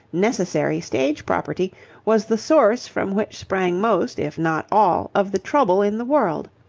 necessary stage-property was the source from which sprang most, if not all, of the trouble in the world.